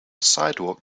sidewalk